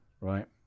right